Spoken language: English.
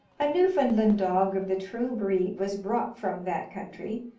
a newfoundland dog of the true breed was brought from that country,